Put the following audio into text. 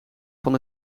van